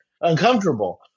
uncomfortable